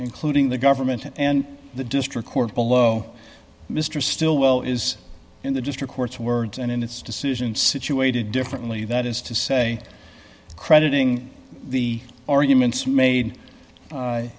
including the government and the district court below mr stillwell is in the district court's words and in its decision situated differently that is to say crediting the arguments made